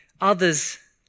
others